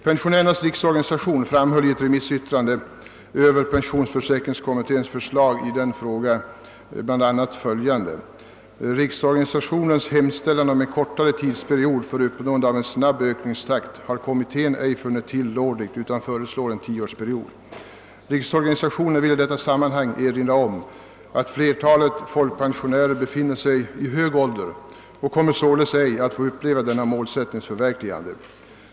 Pensionärernas riksorganisation framhöll i ett remissyttrande över pensionsförsäkringskommitténs förslag i denna fråga följande: <Riksorganisationens hemställan om en kortare tidsperiod för uppnåendet av en snabb ökningstakt har kommittén ej funnit tillrådligt utan föreslår en tioårsperiod. Riksorganisationen vill i detta sammanhang erinra om att flertalet av folkpensionärerna befinner sig i hög ålder och kommer således ej att få uppleva denna målsättnings förverkligande.